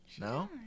No